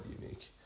unique